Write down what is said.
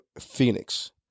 Phoenix